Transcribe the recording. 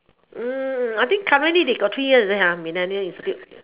mm I think currently they got three year is it millennia institute